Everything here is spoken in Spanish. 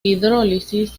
hidrólisis